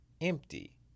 empty